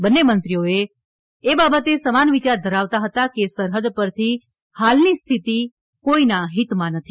બંન્ને મંત્રીઓ એ બાબતે સમાન વિચાર ધરાવતાં હતા કે સરહદ પરથી હાલની સ્થિતી કોઈનાં હિતમાં નથી